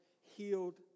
healed